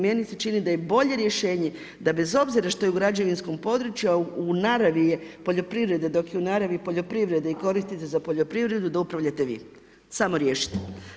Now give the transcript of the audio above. Meni se čini da je bolje rješenje da bez obzira što je u građevinskom području, a u naravi je poljoprivrede dok je u naravi poljoprivrede i koristi se za poljoprivredu da upravljate vi, samo riješite.